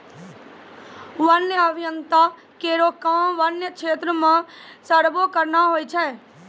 वन्य अभियंता केरो काम वन्य क्षेत्र म सर्वे करना होय छै